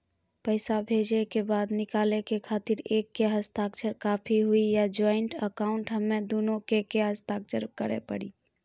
पैसा भेजै के बाद निकाले के खातिर एक के हस्ताक्षर काफी हुई या ज्वाइंट अकाउंट हम्मे दुनो के के हस्ताक्षर करे पड़ी?